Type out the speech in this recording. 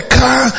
car